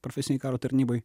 profesinei karo tarnyboj